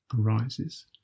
arises